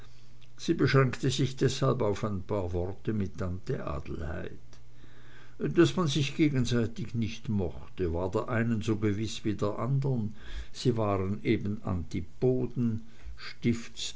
sie beschränkte sich deshalb auf ein paar worte mit tante adelheid daß man sich gegenseitig nicht mochte war der einen so gewiß wie der andern sie waren eben